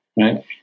Right